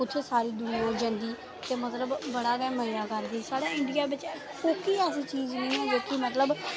उत्थै सारी दुनियां जंदी उत्थै मतलब बड़ा गै मजा करदे साढ़ै इडियां बिच कोई चीज मेईं ऐ जेह्की मतलब